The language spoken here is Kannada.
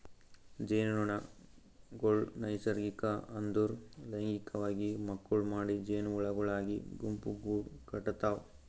ಜೇನುನೊಣಗೊಳ್ ನೈಸರ್ಗಿಕ ಅಂದುರ್ ಲೈಂಗಿಕವಾಗಿ ಮಕ್ಕುಳ್ ಮಾಡಿ ಜೇನುಹುಳಗೊಳಾಗಿ ಗುಂಪುಗೂಡ್ ಕಟತಾವ್